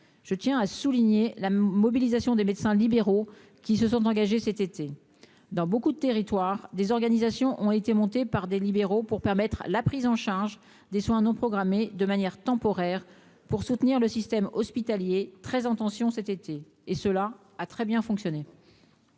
je tiens à souligner la mobilisation des médecins libéraux qui se sont engagés cet été, dans beaucoup de territoires des organisations ont été montés par des libéraux pour permettre la prise en charge des soins non programmés, de manière temporaire pour soutenir le système hospitalier très attention cet été et cela a très bien fonctionné.